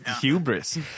hubris